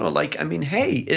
ah like, i mean, hey,